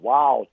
Wow